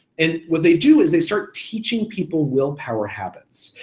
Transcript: and what they do is they start teaching people willpower habits,